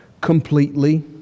completely